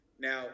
now